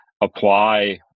apply